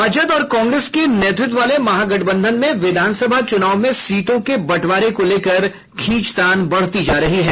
राजद और कांग्रेस के नेतृत्व वाले महागठबंधन में विधानसभा चूनाव में सीटों के बंटवारे को लेकर खींचतान बढ़ती जा रही है